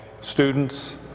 students